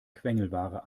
quengelware